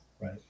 Right